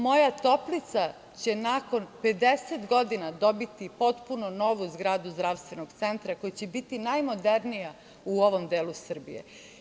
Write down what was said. Moja Toplica će nakon 50 godina dobiti potpuno novu zgradu zdravstveno centra koja će biti najmodernija u ovom delu Srbije.